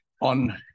On